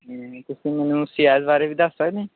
ਅਤੇ ਤੁਸੀਂ ਮੈਨੂੰ ਸੀਆਜ਼ ਬਾਰੇ ਵੀ ਦੱਸ ਸਕਦੇ ਆ